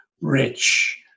rich